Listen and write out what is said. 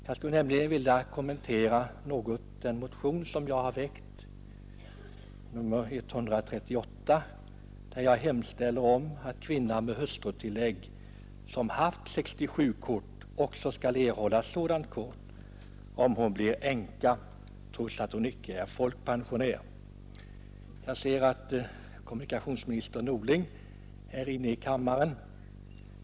Jag skulle nämligen vilja kommentera den motion som jag har väckt, motionen 138, där jag hemställer om att kvinna med hustrutillägg som haft 67-kort också skall erhålla sådant kort om hon blir änka, trots att hon inte är folkpensionär. Jag ser att kommunikationsminister Norling är inne i kammaren.